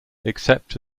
except